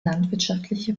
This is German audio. landwirtschaftliche